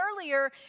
earlier